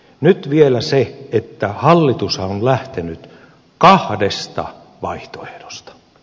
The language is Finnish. nyt vielä hallitushan on lähtenyt kahdesta vaihtoehdosta